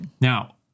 Now